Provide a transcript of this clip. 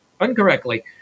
incorrectly